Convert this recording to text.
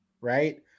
Right